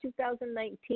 2019